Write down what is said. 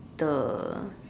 the